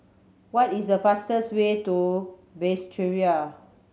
what is the fastest way to Basseterre